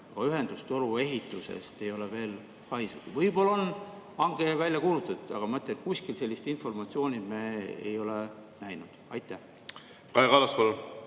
Aga ühendustoru ehitusest ei ole veel haisugi. Võib-olla on hange välja kuulutatud, aga ma ütlen, et me kuskil sellist informatsiooni ei ole näinud. Aitäh!